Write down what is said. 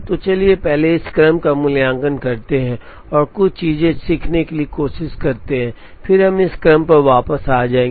तो चलिए पहले इस क्रम का मूल्यांकन करते हैं और कुछ चीजें सीखने की कोशिश करते हैं फिर हम इस क्रम पर वापस आएंगे